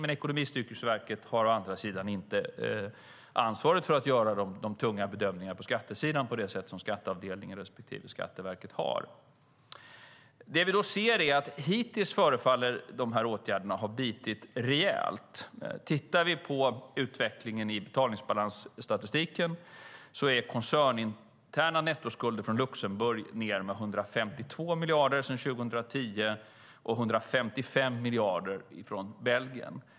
Men Ekonomistyrningsverket har å andra sidan inte ansvaret för att göra de tunga bedömningarna på skattesidan på det sätt som skatteavdelningen respektive Skatteverket har. Vad vi ser är att de här åtgärderna hittills förefaller ha bitit rejält. Utvecklingen av betalningsbalansstatistiken visar att koncerninterna nettoskulder från Luxemburg nere med 152 miljarder sedan 2010 och med 155 miljarder från Belgien.